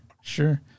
sure